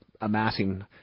amassing